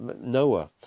Noah